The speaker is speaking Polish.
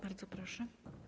Bardzo proszę.